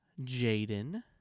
Jaden